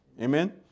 Amen